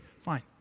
fine